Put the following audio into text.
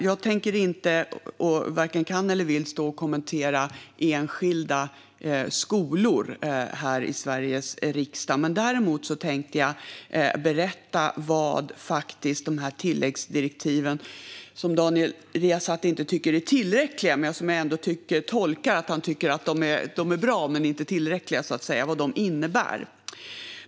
Jag varken kan eller vill stå och kommentera enskilda skolor här i Sveriges riksdag. Däremot tänker jag berätta vad de tilläggsdirektiv som jag tolkar det som att Daniel Riazat tycker är bra men inte tillräckliga innebär.